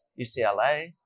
UCLA